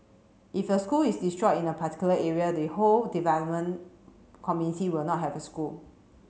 if a school is destroyed in a particular area the whole development committee will not have a school